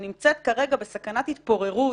שנמצאת כרגע בסכנת התפוררות,